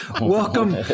welcome